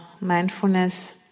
mindfulness